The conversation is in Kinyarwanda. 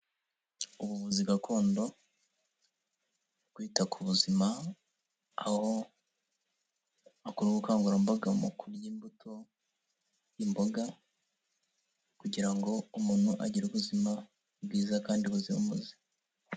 Ubuvuzi gakondo, kwita ku buzima, aho bakora ubukangurambaga mu kurya imbuto, imboga kugira ngo umuntu agire ubuzima bwiza kandi buzira umuze.